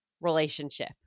relationship